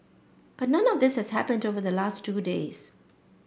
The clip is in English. but none of this has happened over the last two days